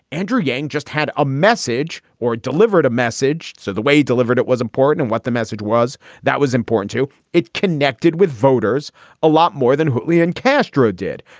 andrew yang just had a message or delivered a message. so the way he delivered it was important and what the message was that was important, too. it connected with voters a lot more than julian castro did.